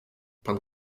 pan